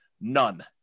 None